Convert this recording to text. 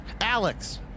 Alex